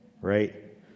right